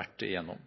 vært igjennom.